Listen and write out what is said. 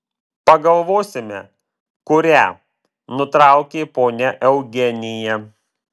pagalvosime kurią nutraukė ponia eugenija